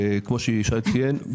כמו שישי ציין,